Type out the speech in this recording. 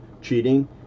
cheating